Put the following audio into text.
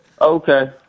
Okay